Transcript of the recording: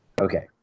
Okay